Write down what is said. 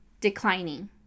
declining